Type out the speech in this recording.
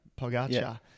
Pogacar